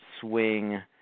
swing